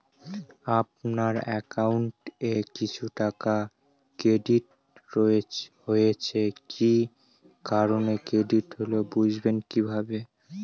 আপনার অ্যাকাউন্ট এ কিছু টাকা ক্রেডিট হয়েছে কি কারণে ক্রেডিট হল বুঝবেন কিভাবে?